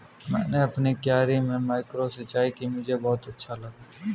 मैंने अपनी क्यारी में माइक्रो सिंचाई की मुझे बहुत अच्छा लगा